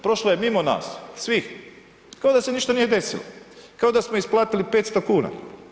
Prošlo je mimo nas svih kao da se ništa nije desilo, kao da smo isplatili 500 kuna.